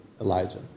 Elijah